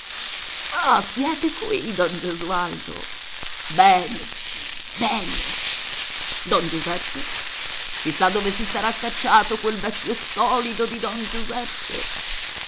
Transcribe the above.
ah siete qui don gesualdo bene bene don giuseppe chissà dove si sarà cacciato quel vecchio stolido di don giuseppe